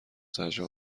زجر